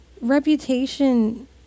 reputation